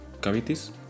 cavities